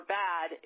bad